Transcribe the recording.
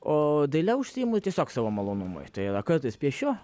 o daile užsiimu tiesiog savo malonumui tai yra kartais piešiu